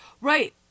Right